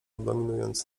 dominując